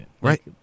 right